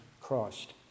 Christ